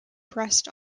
pressed